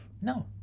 No